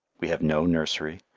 we have no nursery,